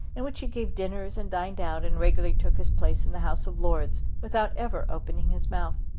in which he gave dinners and dined out and regularly took his place in the house of lords without ever opening his mouth.